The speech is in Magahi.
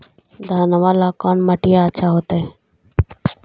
घनमा ला कौन मिट्टियां अच्छा होतई?